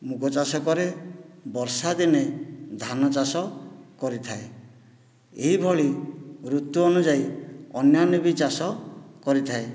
ମୁଗ ଚାଷ କରେ ବର୍ଷା ଦିନେ ଧାନ ଚାଷ କରିଥାଏ ଏଭଳି ଋତୁ ଅନୁଯାୟୀ ଅନ୍ୟାନ୍ୟ ବି ଚାଷ କରିଥାଏ